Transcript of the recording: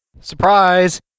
Surprise